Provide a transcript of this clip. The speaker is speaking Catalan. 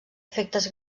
efectes